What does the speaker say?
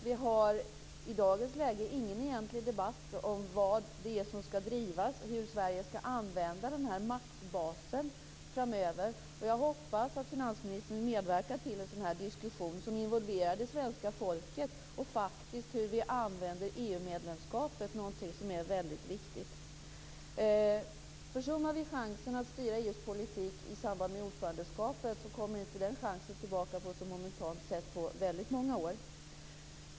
Vi har i dagens läge ingen egentlig debatt om vad som skall drivas och om hur Sverige skall använda den maktbasen framöver. Jag hoppas att finansministern medverkar till en sådan diskussion som involverar det svenska folket om hur vi faktiskt använder EU medlemskapet, någonting som är väldigt viktigt. Försummar vi chansen att styra EU:s politik i samband med ordförandeskapet kommer den inte tillbaka på ett så monumentalt sätt på många år.